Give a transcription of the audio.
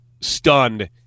stunned